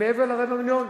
מעבר לרבע מיליון?